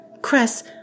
Cress